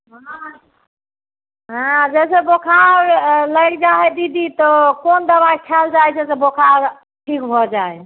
हँ हँ जइसे बोखार लागि जाइत हइ दीदी तऽ कोन दवाइ खायल जाइ छै जे बोखार ठीक भऽ जाइत हइ